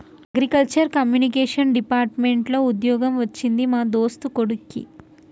agriculture communication department లో వుద్యోగం వచ్చింది మా దోస్తు కొడిక్కి